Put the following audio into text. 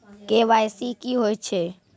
KYC की होय छै?